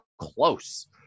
close